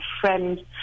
friend